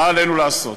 מה עלינו לעשות?